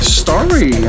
story